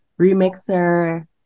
remixer